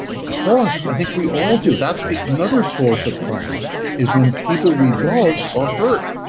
of course. i think we all do. that's another source of trauma is when people we love are hurt.